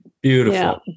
Beautiful